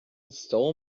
stole